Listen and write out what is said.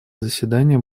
заседания